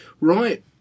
Right